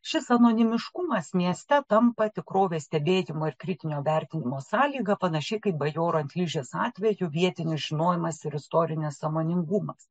šis anonimiškumas mieste tampa tikrovės stebėjimo ir kritinio vertinimo sąlyga panašiai kaip bajorų ant ližės atveju vietinis žinojimas ir istorinis sąmoningumas